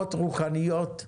עוצמות רוחניות.